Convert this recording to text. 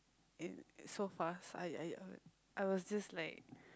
so fast I I I was just like